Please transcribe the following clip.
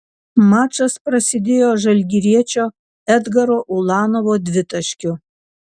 mačas prasidėjo žalgiriečio edgaro ulanovo dvitaškiu